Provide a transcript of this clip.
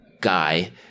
guy